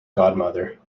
godmother